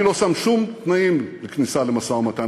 אני לא שם שום תנאים לכניסה למשא-ומתן,